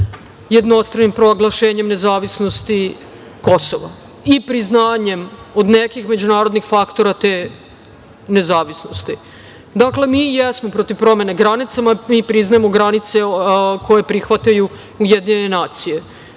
jednostranim proglašenjem nezavisnosti Kosova i priznanjem od nekih međunarodnih faktora te nezavisnosti. Dakle, mi jesmo protiv promene granice, mi priznajemo granice koje prihvataju UN.